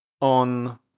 On